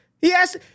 Yes